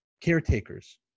caretakers